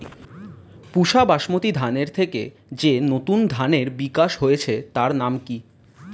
পুসা বাসমতি ধানের থেকে যে নতুন ধানের বিকাশ হয়েছে তার নাম কি?